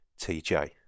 TJ